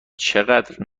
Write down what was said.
چقدر